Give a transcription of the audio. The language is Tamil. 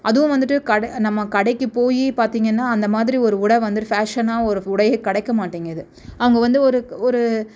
அதுவும் வந்துட்டு கடை நம்ம கடைக்கு போய் பார்த்தீங்கன்னா அந்த மாதிரி ஒரு உடை வந்துட்டு ஃபேஷனாக ஒரு உடையே கிடைக்க மாட்டேங்குது அவங்க வந்து ஒரு ஒரு